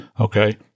okay